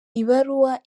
ibaruwa